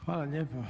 Hvala lijepa.